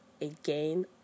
again